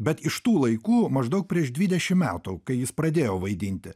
bet iš tų laikų maždaug prieš dvidešim metų kai jis pradėjo vaidinti